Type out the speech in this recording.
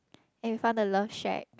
and we found the love shack